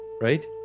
Right